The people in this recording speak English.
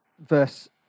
verse